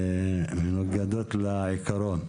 והן מנוגדות לעקרון.